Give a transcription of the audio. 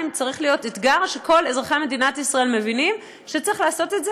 צריך להיות אתגר שכל אזרחי מדינת ישראל מבינים שצריך לעשות אותו,